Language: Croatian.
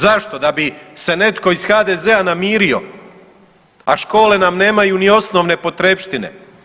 Zašto, da bi se netko iz HDZ-a namirio, a škole nam nemaju ni osnovne potrepštine.